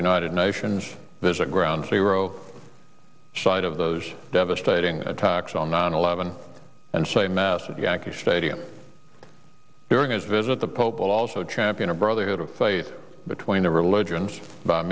united nations visit ground zero site of those devastating attacks on nine eleven and say masses yankee stadium during his visit the pope will also champion a brotherhood of faith between the religions